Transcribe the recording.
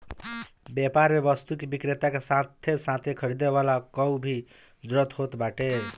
व्यापार में वस्तु के विक्रेता के साथे साथे खरीदे वाला कअ भी जरुरत होत बाटे